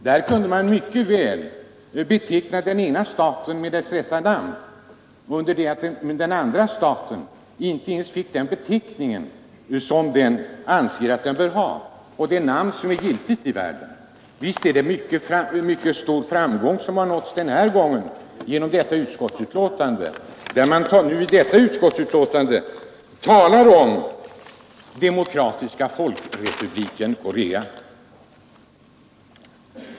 Utskottet kunde mycket väl beteckna den ena staten med dess rätta namn under det att den andra staten inte ens fick den beteckning som den anser att den bör ha, det namn som är giltigt i världen. Visst är det en mycket stor framgång som har uppnåtts genom föreliggande utskottsbetänkande, där man talar om Demokratiska folkrepubliken Korea.